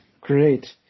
Great